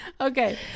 Okay